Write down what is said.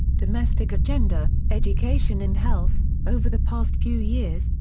domestic agenda education and health over the past few years,